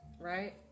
right